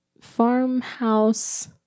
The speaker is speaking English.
farmhouse